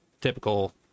Typical